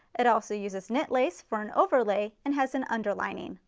it also uses knit lace for an overlay and has an underlining.